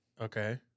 Okay